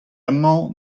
amañ